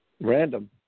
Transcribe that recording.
random